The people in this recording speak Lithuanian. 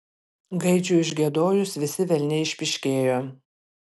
gaidžiui užgiedojus visi velniai išpyškėjo